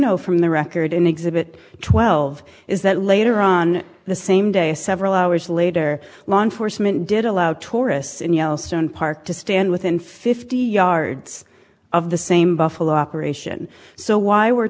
know from the record in exhibit twelve is that later on the same day several hours later law enforcement did allow tourists in yellowstone park to stand within fifty yards of the same buffalo operation so why were